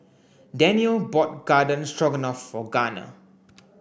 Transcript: Danniel bought Garden Stroganoff for Garner